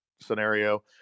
scenario